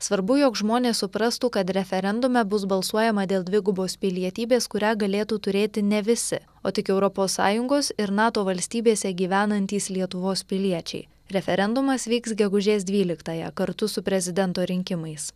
svarbu jog žmonės suprastų kad referendume bus balsuojama dėl dvigubos pilietybės kurią galėtų turėti ne visi o tik europos sąjungos ir nato valstybėse gyvenantys lietuvos piliečiai referendumas vyks gegužės dvyliktąją kartu su prezidento rinkimais